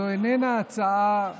זו איננה הצעה קלה.